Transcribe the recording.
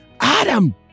Adam